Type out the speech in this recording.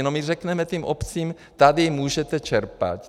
No, my řekneme těm obcím: Ttady můžete čerpat.